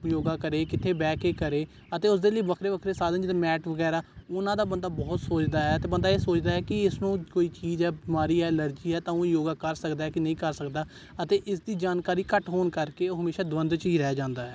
ਯੋਗਾ ਕਰੇ ਕਿੱਥੇ ਬਹਿ ਕੇ ਕਰੇ ਅਤੇ ਉਸ ਦੇ ਲਈ ਵੱਖਰੇ ਵੱਖਰੇ ਸਾਧਨ ਜਿੱਦਾਂ ਮੈਟ ਵਗੈਰਾ ਉਹਨਾਂ ਦਾ ਬੰਦਾ ਬਹੁਤ ਸੋਚਦਾ ਹੈ ਅਤੇ ਬੰਦਾ ਇਹ ਸੋਚਦਾ ਹੈ ਕਿ ਇਸ ਨੂੰ ਕੋਈ ਚੀਜ਼ ਹੈ ਬਿਮਾਰੀ ਹੈ ਐਲਰਜੀ ਹੈ ਤਾਂ ਉਹ ਯੋਗਾ ਕਰ ਸਕਦਾ ਕਿ ਨਹੀਂ ਕਰ ਸਕਦਾ ਅਤੇ ਇਸ ਦੀ ਜਾਣਕਾਰੀ ਘੱਟ ਹੋਣ ਕਰਕੇ ਉਹ ਹਮੇਸ਼ਾ ਦੁਵੰਧ 'ਚ ਹੀ ਰਹਿ ਜਾਂਦਾ ਹੈ